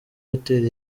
hotel